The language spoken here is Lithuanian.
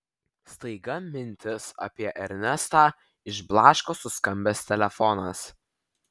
staiga mintis apie ernestą išblaško suskambęs telefonas